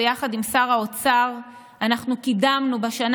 ויחד עם שר האוצר אנחנו קידמנו בשנה